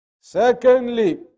Secondly